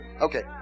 Okay